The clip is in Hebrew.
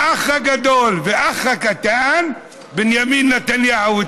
האח הגדול והאח הקטן, בנימין נתניהו וטראמפ,